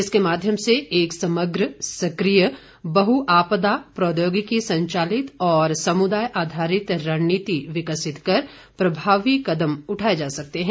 इसके माध्यम से एक समग्र सक्रिय बहआपदा प्रौद्योगिकी संचालित और समुदाय आधारित रणनीति विकसित कर प्रभावी कदम उठाए जा सकते हैं